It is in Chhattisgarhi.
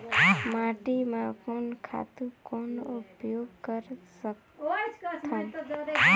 माटी म कोन खातु कौन उपयोग कर सकथन?